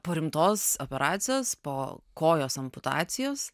po rimtos operacijos po kojos amputacijos